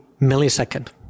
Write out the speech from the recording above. millisecond